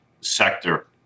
sector